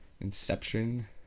Inception